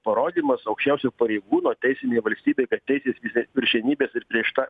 parodymas aukščiausio pareigūno teisinėj valstybėj kad teisės viršenybės ir prieš tą